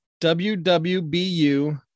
W-W-B-U